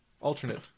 Alternate